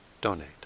donate